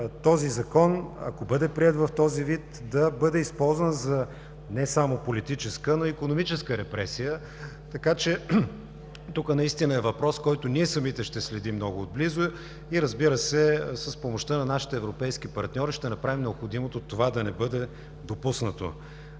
този Закон, ако бъде приет в този вид, да бъде използван не само за политическа, но икономическа репресия. Така че тук наистина е въпрос, който ние самите ще следим много отблизо, и, разбира се, с помощта на нашите европейски партньори ще направим необходимото това да не бъде допуснато.